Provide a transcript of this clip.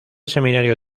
seminario